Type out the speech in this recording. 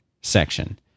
section